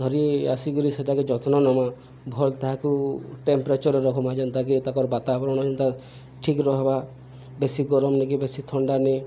ଧରି ଆସିକିରି ସେଟାକ ଯତ୍ନ ନମା ଭଲ ତାହାକୁ ଟେମ୍ପରେଚର ରଖମା ଯେନ୍ତାକ ତାଙ୍କର ବାତାବରଣ ଯେନ୍ତା ଠିକ ରହିବା ବେଶୀ ଗରମ ନେଇକି ବେଶି ଥଣ୍ଡା ନିଏ